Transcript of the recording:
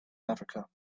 africa